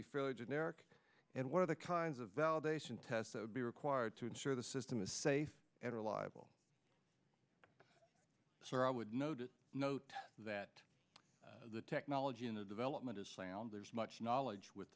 be fairly generic and what are the kinds of validation tests that would be required to ensure the system is safe and reliable so i would know to note that the technology in the development of sound there's much knowledge with